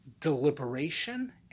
deliberation